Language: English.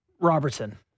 Robertson